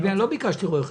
לא ביקשתי רואה חשבון.